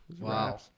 Wow